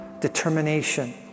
determination